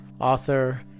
author